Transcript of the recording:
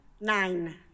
nine